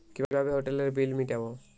কিভাবে হোটেলের বিল মিটাব?